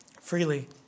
freely